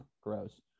gross